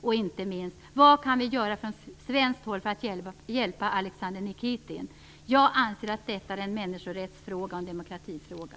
Och inte minst: Vad kan vi från svenskt håll göra för att hjälpa Alexandr Nikitin? Jag anser att detta är en människorättsfråga och en demokratifråga.